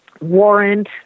warrant